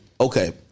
Okay